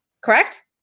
Correct